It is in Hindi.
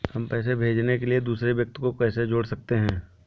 हम पैसे भेजने के लिए दूसरे व्यक्ति को कैसे जोड़ सकते हैं?